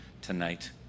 tonight